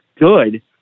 good